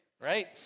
right